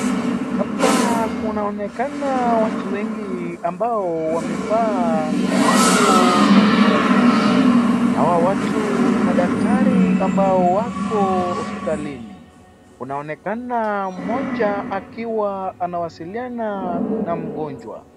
Hapa kunaonekana watu wengi ambao wamevaa nguo za nyeupe. Hawa watu ni madaktari ambao wako hospitalini. Kunaonekana mmoja akiwa anawasiliana na mgonjwa.